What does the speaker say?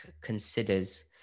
considers